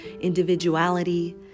individuality